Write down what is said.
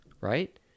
right